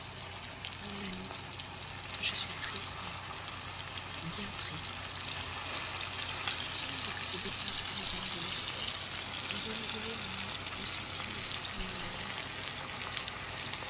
mon amie je suis triste bien triste il semble que ce départ de mme de merteuil ait renouvelé en moi le sentiment de tous mes malheurs